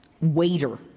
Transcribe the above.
waiter